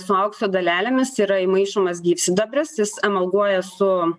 su aukso dalelėmis yra įmaišomas gyvsidabris jis emalguoja su